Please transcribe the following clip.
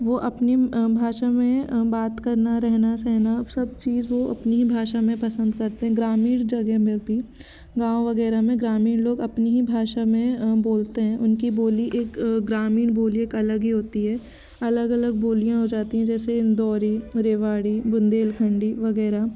वो अपनी भाषा में बात करना रहना सहना सब चीज वो अपनी भाषा में पसंद करते है ग्रामीण जगह में भी गाँव वगैरह में लोग अपनी ही भाषा में बोलते हैं उनकी बोली एक ग्रामीण बोली एक अलग ही होती है अलग अलग बोलियाँ हो जाती है जैसे इंदौरी रेवाड़ी बुंदेलखंडी वगैरह